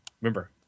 Remember